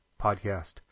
podcast